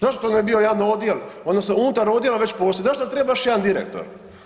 Zašto ne bi bio jedan odjel odnosno unutar odjela već postoji, zašto treba još jedan direktor?